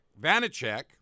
Vanacek